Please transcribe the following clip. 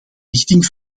richting